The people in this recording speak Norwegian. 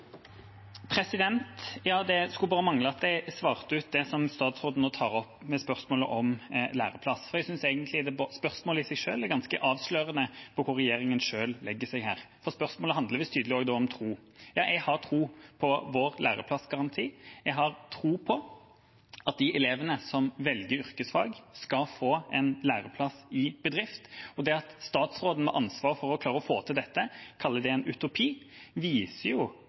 Det skulle bare mangle at jeg ikke svarte ut det statsråden nå tar opp som gjelder spørsmålet om læreplass. Jeg synes egentlig spørsmålet i seg selv er ganske avslørende for hvor regjeringen selv legger seg her. For spørsmålet handler tydeligvis også om tro. Ja, jeg har tro på vår læreplassgaranti, jeg har tro på at de elevene som velger yrkesfag, skal få en læreplass i bedrift, og det at statsråden med ansvar for å klare å få til dette kaller det en utopi, viser